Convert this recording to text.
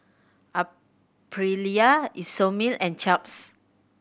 Aprilia Isomil and Chaps